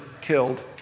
killed